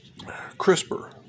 CRISPR